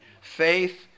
Faith